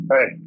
Hey